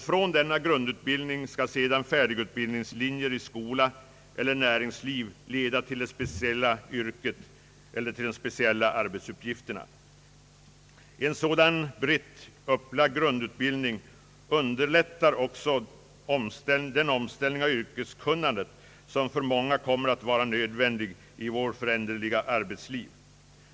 Från denna grundutbildning skall sedan färdigutbildningslinjer i skola eller näringsliv leda fram till det speciella yrket eller den speciella arbetsuppgiften. En sådan brett upplagd grundutbildning underlättar också den omställning av yrkeskunnandet som i vårt föränderliga arbetsliv kommer att bli nödvändig för många.